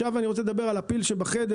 אני רוצה לדבר על הפיל שבחדר,